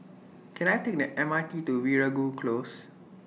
Can I Take The M R T to Veeragoo Close